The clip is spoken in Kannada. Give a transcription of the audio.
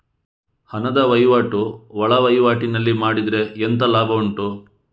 ಹಣದ ವಹಿವಾಟು ಒಳವಹಿವಾಟಿನಲ್ಲಿ ಮಾಡಿದ್ರೆ ಎಂತ ಲಾಭ ಉಂಟು?